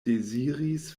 deziris